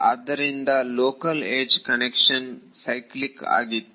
ಆದ್ದರಿಂದ local edge convention cyclic ಆಗಿತ್ತು